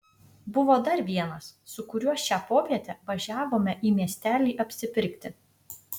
buvo dar vienas su kuriuo šią popietę važiavome į miestelį apsipirkti